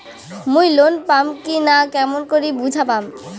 মুই লোন পাম কি না কেমন করি বুঝা পাম?